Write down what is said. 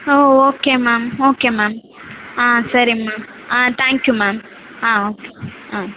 ஆ okay ma'am okay ma'am ah சரி ma'am ah thank you ma'am ah okay ah